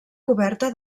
coberta